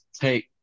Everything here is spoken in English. take